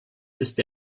ist